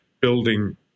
building